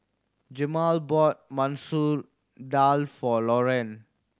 Jemal bought Masoor Dal for Loren